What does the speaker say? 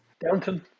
downton